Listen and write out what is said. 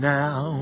now